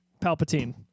Palpatine